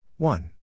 One